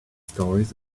stories